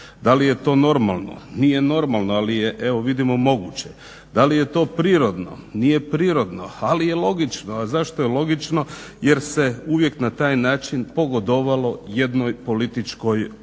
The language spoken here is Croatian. Da li je to normalno? Nije normalno, ali je evo vidimo moguće. Da li je to prirodno? Nije prirodno, ali je logično. A zašto je logično? Jer se uvijek na taj način pogodovalo jednoj političkoj opciji